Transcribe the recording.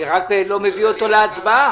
אני רק לא מביא אותו להצבעה.